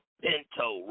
pinto